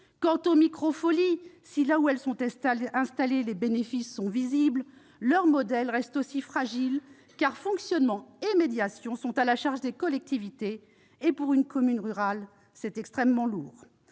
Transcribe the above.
Quant aux Micro-folies, si là où elles sont installées les bénéfices sont visibles, leur modèle reste aussi fragile, car fonctionnement et médiation sont à la charge des collectivités. Pour une commune rurale, c'est extrêmement lourd